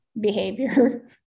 behavior